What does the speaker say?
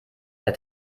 der